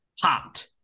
hot